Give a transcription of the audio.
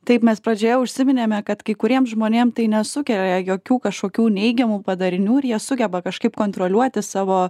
taip mes pradžioje užsiminėme kad kai kuriem žmonėm tai nesukelia jokių kažkokių neigiamų padarinių ir jie sugeba kažkaip kontroliuoti savo